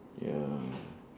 ya